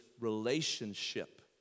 relationship